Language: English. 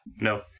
No